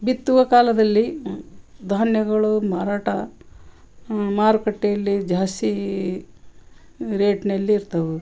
ಬಿತ್ತುವ ಕಾಲದಲ್ಲಿ ಧಾನ್ಯಗಳು ಮಾರಾಟ ಮಾರುಕಟ್ಟೆಯಲ್ಲಿ ಜಾಸ್ತಿ ರೇಟ್ನಲ್ಲಿ ಇರ್ತಾವೆ